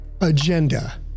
agenda